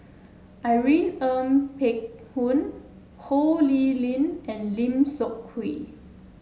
Irene Ng Phek Hoong Ho Lee Ling and Lim Seok Hui